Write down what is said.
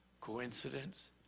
Coincidence